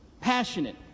passionate